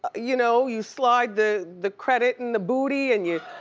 ah you know, you slide the the credit in the booty and you.